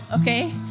okay